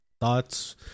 Thoughts